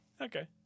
Okay